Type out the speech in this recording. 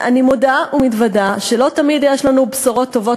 אני מודה ומתוודה שלא תמיד יש לנו בשורות טובות,